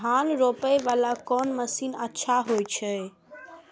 धान रोपे वाला कोन मशीन अच्छा होय छे?